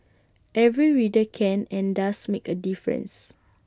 every reader can and does make A difference